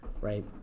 right